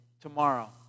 tomorrow